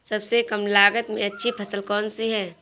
सबसे कम लागत में अच्छी फसल कौन सी है?